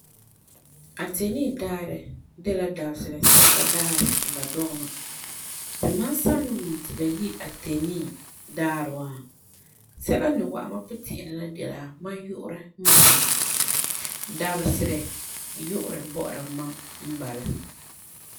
Ateni daarɛ de la dabese'ere sɛka daarɛ ti ba dɔgɛ mam, ti mam san ni ta wum ti ba yi Ateni daarɛ was, sɛla n ni wa'am mam puti'irɛ n na de la mam yu'urɛ n bala, dabeserɛ yu'urɛ bɔ'ɔra mam n bala.